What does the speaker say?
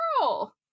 girl